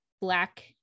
Black